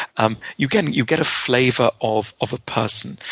um you get you get a flavor of of a person.